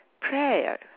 prayer